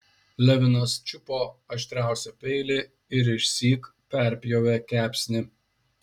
levinas čiupo aštriausią peilį ir išsyk perpjovė kepsnį